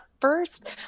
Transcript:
First